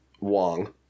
Wong